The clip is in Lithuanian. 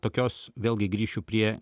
tokios vėlgi grįšiu prie